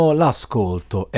l'ascolto